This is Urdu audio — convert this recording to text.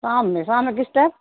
فامنے فام کسٹپ